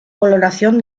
coloración